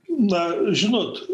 na žinot